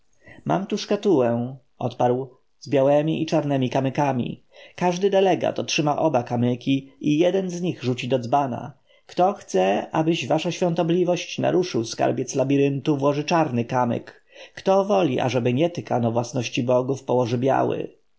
mam tu szkatułkę odparł z białemi i czarnemi kamykami każdy delegat otrzyma oba kamyki i jeden z nich rzuci do dzbana kto chce abyś wasza świątobliwość naruszył skarbiec labiryntu włoży czarny kamyk kto woli ażeby nie tykano własności bogów położy biały